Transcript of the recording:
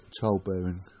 childbearing